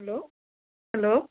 hello hello